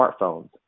smartphones